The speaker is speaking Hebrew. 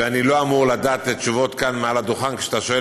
ואני לא אמור לדעת את התשובות כאן מעל הדוכן כשאתה שואל